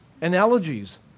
analogies